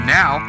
now